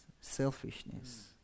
selfishness